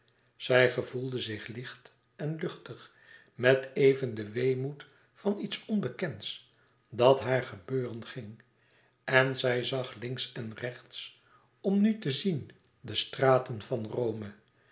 zij gevoelde zich licht en luchtig met even den weemoed van iets onbekends dat haar gebeuren ging en zij zag links en rechts als om nu te zien de straten van rome